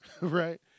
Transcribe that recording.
right